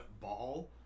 ball